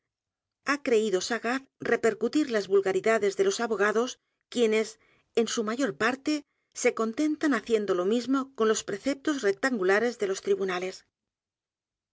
ha creído sagaz repercutir las vulgaridades de los abogados quienes en su mayor parte se contentan haciendo lo mismo con los preceptos rectangulares de los tribunales